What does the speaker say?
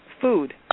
food